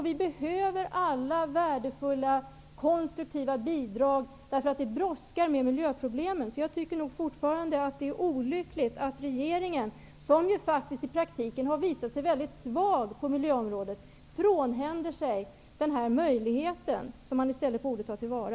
Vi behöver alla värdefulla, konstruktiva bidrag, för det brådskar med lösningar på miljöproblemen. Jag tycker nog fortfarande att det är olyckligt att regeringen, som faktiskt i praktiken har visat sig vara mycket svag på miljöområdet, frånhänder sig den här möjligheten, som man i stället borde ta till vara.